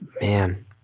Man